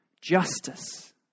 justice